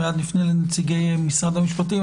מייד נפנה לנציגי משרד המשפטים.